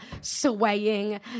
swaying